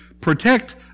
protect